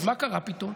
אז מה קרה פתאום?